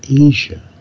Asia